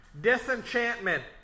Disenchantment